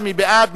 להצביע, מי בעד?